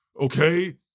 okay